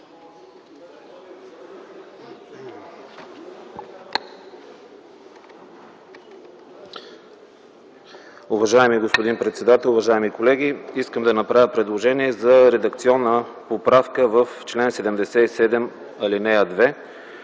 Уважаеми господин председател, уважаеми колеги! Искам да направя предложение за редакционна поправка в чл. 77, ал. 2,